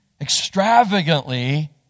extravagantly